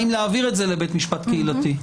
האם להעביר את זה לבית משפט קהילתי.